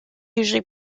usually